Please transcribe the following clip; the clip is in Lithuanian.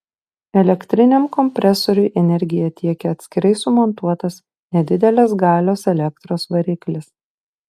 elektriniam kompresoriui energiją tiekia atskirai sumontuotas nedidelės galios elektros variklis